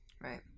Right